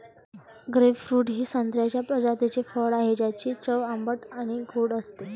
grapefruit हे संत्र्याच्या प्रजातीचे फळ आहे, ज्याची चव आंबट आणि गोड असते